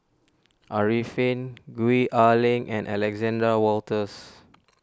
Arifin Gwee Ah Leng and Alexander Wolters